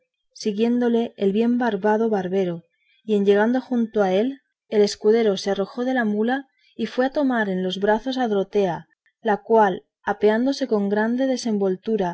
siguiéndole el bien barbado barbero y en llegando junto a él el escudero se arrojó de la mula y fue a tomar en los brazos a dorotea la cual apeándose con grande